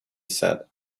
said